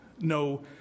no